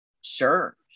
Sure